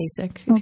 basic